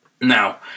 now